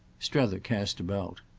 strether cast about.